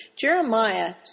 jeremiah